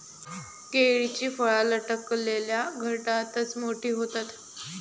केळीची फळा लटकलल्या घडातच मोठी होतत